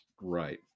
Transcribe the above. Right